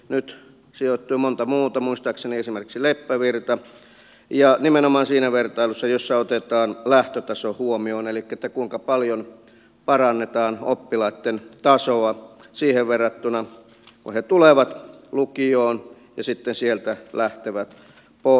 nyt sijoittui monta muuta muistaakseni esimerkiksi leppävirta ja nimenomaan siinä vertailussa jossa otetaan lähtötaso huomioon elikkä katsotaan kuinka paljon parannetaan oppilaitten tasoa siitä kun he tulevat lukioon verrattuna siihen kun he sitten sieltä lähtevät pois